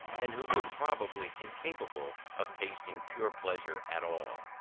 and who were probably incapable of tasting pure pleasure at all.